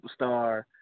superstar